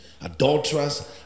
adulterers